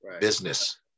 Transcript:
business